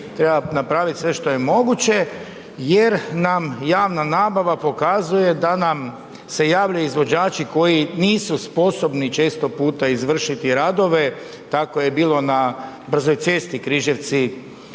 Treba napraviti sve što je moguće jer nam javna nabava pokazuje da nam se javljaju izvođači koji nisu sposobni često puta izvršiti radove, tako je bilo na brzoj cesti Križevci